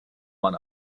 man